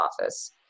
office